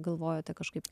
galvojote kažkaip